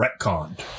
retconned